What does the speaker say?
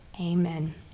Amen